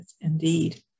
indeed